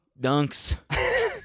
dunks